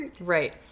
right